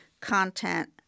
content